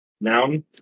noun